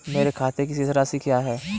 मेरे खाते की शेष राशि क्या है?